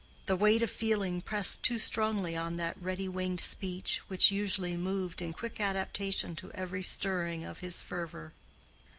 the weight of feeling pressed too strongly on that ready-winged speech which usually moved in quick adaptation to every stirring of his fervor.